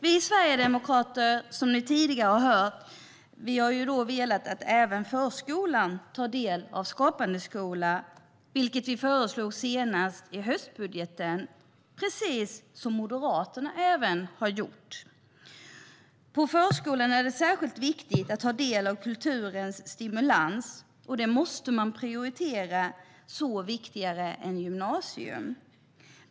Vi sverigedemokrater, som ni tidigare har hört, vill att även förskolan kan ta del av Skapande skola, vilket vi föreslog senast i höstbudgeten, precis som även Moderaterna har föreslagit. På förskolan är det särskilt viktigt att ta del av kulturens stimulans, och det måste man prioritera högre än gymnasium.